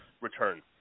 return